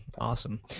awesome